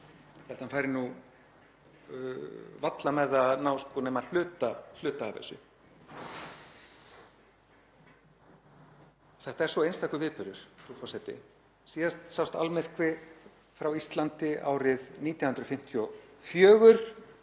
hann fari nú varla með að ná nema hluta af þessu. Þetta er svo einstakur viðburðir, frú forseti. Síðast sást almyrkvi frá Íslandi árið 1954.